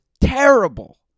terrible